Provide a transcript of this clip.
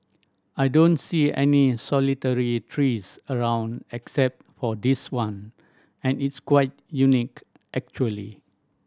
I don't see any solitary trees around except for this one and it's quite unique actually